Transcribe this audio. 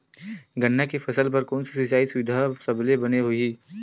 गन्ना के फसल बर कोन से सिचाई सुविधा सबले बने होही?